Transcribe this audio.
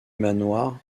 manoir